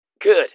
Good